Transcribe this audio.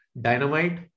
Dynamite